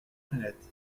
prunette